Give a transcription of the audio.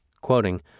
Quoting